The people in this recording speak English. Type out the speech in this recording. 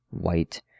white